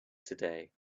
today